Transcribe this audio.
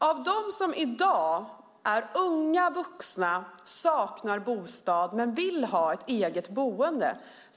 I dag är det 248 000 unga vuxna som saknar bostad och vill ha ett eget boende.